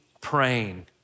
praying